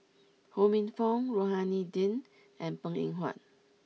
Ho Minfong Rohani Din and Png Eng Huat